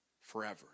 forever